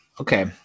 okay